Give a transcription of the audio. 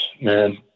Man